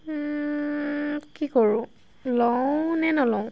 কি কৰোঁ লওঁ নে নলওঁ